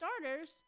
starters